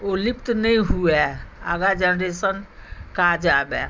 ओ लिप्त नहि हुए आगाँ जेनेरेशन काज आबय